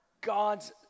God's